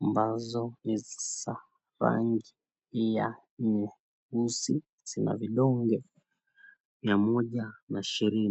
ambazo ni za rangi ya nyeusi, zina vidonge mia moja na ishirini.